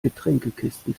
getränkekisten